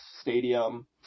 stadium